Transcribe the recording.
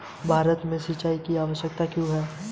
भारत में सिंचाई की आवश्यकता क्यों है?